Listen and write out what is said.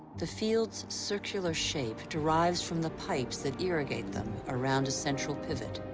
the fields' circular shape derives from the pipes that irrigate them around a central pivot.